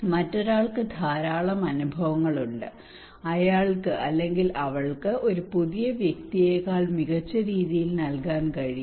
മറ്റൊരാൾക്ക് ധാരാളം അനുഭവങ്ങളുണ്ട് അയാൾക്ക് അല്ലെങ്കിൽ അവൾക്ക് ഒരു പുതിയ വ്യക്തിയെക്കാൾ മികച്ച രീതിയിൽ നൽകാൻ കഴിയും